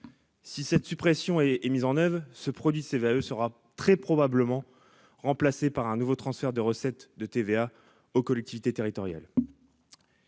si cette suppression et et mise en oeuvre ce produit CVAE sera très probablement remplacé par un nouveau transfert de recettes de TVA aux collectivités territoriales,